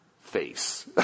face